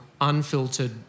unfiltered